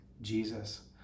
Jesus